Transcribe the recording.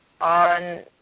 on